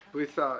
בפריסה.